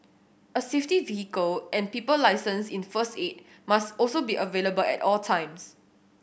a safety vehicle and people licensed in first aid must also be available at all times